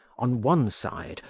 on one side,